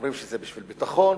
אומרים שזה בשביל ביטחון,